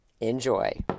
Enjoy